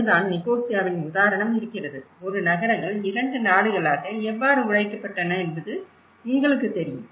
அங்குதான் நிக்கோசியாவின் உதாரணம் இருக்கிறது ஒரு நகரங்கள் 2 நாடுகளாக எவ்வாறு உடைக்கப்பட்டன என்பது உங்களுக்குத் தெரியும்